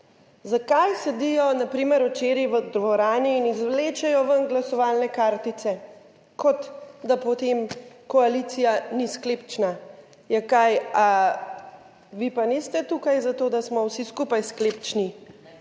Zakaj sedijo na primer včeraj v dvorani in izvlečejo ven glasovalne kartice, kot da potem koalicija ni sklepčna? Ja kaj, a vi pa niste tukaj zato, da smo vsi skupaj sklepčni.